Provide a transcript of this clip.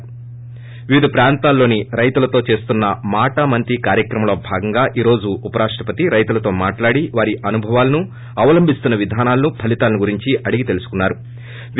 దేశ వ్యాప్తంగా వివిధ ప్రాంతాల్లోని రైతులతో చేస్తున్న మాటామంతి కార్యక్రమంలో భాగంగా ఈ రోజు ఉపరాష్టపతి రైతులతో మాట్లాడి వారి అనుభవాలను అనుసరిస్తున్న విధానాలను ఫలీతాలను గురించి అడిగి తెలుసుకున్నారు